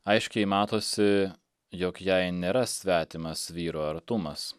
aiškiai matosi jog jai nėra svetimas vyro artumas